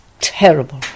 terrible